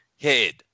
head